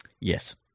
Yes